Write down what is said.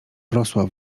wrosła